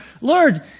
Lord